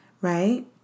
right